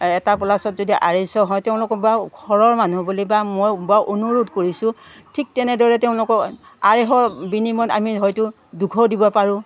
এটা পোলাছত যদি আঢ়ৈশ হয় তেওঁলোকৰ বা ঘৰৰ মানুহ বুলি বা মই বা অনুৰোধ কৰিছোঁ ঠিক তেনেদৰে তেওঁলোকক আঢ়ৈশ বিনিময়ত আমি হয়তো দুশ দিব পাৰোঁ